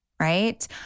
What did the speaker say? right